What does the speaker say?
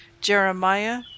Jeremiah